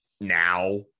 now